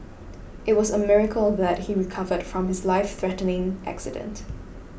it was a miracle that he recovered from his life threatening accident